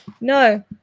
No